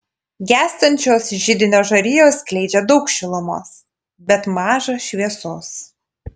gęstančios židinio žarijos skleidžia daug šilumos bet maža šviesos